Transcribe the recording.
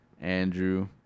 Andrew